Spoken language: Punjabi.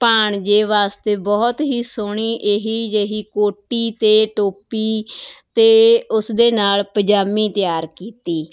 ਭਾਣਜੇ ਵਾਸਤੇ ਬਹੁਤ ਹੀ ਸੋਹਣੀ ਇਹ ਹੀ ਜਿਹੀ ਕੋਟੀ ਅਤੇ ਟੋਪੀ ਅਤੇ ਉਸ ਦੇ ਨਾਲ ਪਜਾਮੀ ਤਿਆਰ ਕੀਤੀ